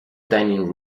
dining